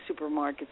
supermarkets